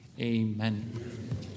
Amen